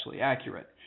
accurate